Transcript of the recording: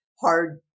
hard